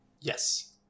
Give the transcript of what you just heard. Yes